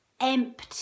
empty